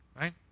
Right